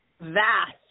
vast